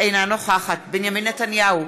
אינה נוכחת בנימין נתניהו,